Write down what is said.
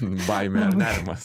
baimė ar nerimas